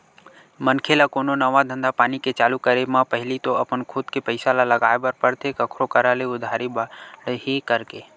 मनखे ल कोनो नवा धंधापानी के चालू करे म पहिली तो अपन खुद के पइसा ल लगाय बर परथे कखरो करा ले उधारी बाड़ही करके